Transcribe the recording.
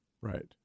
Right